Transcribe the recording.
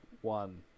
One